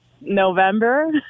November